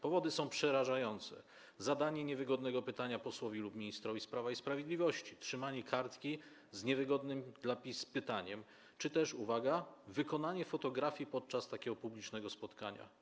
Powody są przerażające: zadanie niewygodnego pytania posłowi lub ministrowi z Prawa i Sprawiedliwości, trzymanie kartki z niewygodnym dla PiS pytaniem czy też, uwaga, wykonanie fotografii podczas takiego publicznego spotkania.